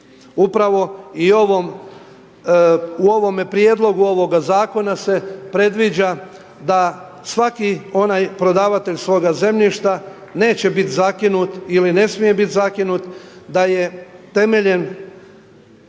Upravo i u ovome prijedlogu ovoga zakona se predviđa da svaki onaj prodavatelj svoga zemljišta neće biti zakinut ili ne smije biti zakinut da je temeljem